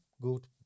good